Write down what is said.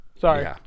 Sorry